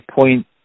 point